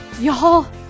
y'all